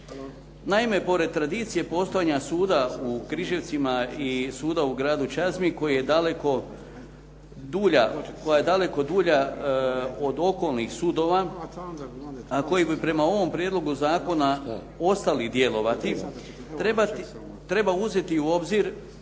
Naime, pored tradicije postojanja suda u Križevcima i suda u gradu Čazmi koja je daleko dulja od okolnih sudova koji bi prema ovom prijedlogu zakona ostali djelovati treba uzeti u obzir